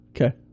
Okay